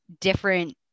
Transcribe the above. different